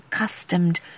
accustomed